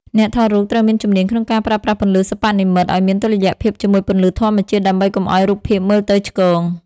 អ្នកថតរូបត្រូវមានជំនាញក្នុងការប្រើប្រាស់ពន្លឺសិប្បនិម្មិត ឱ្យមានតុល្យភាពជាមួយពន្លឺធម្មជាតិ ដើម្បីកុំឱ្យរូបភាពមើលទៅឆ្គង។